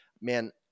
man